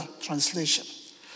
translation